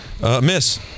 miss